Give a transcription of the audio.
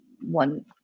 one